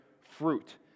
fruit